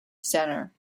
centre